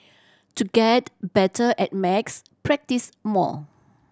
to get better at max practise more